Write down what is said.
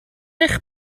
eich